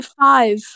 five